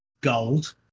gold